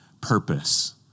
purpose